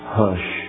hush